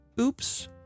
oops